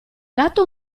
gatto